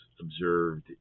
observed